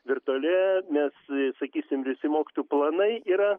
virtualioje mes sakysim visi mokytojų planai yra